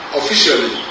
officially